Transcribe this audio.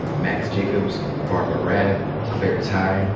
max jacobs, barbara raab, claire tighe,